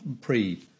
pre